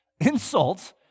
Insult